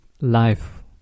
life